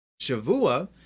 Shavua